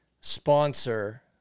sponsor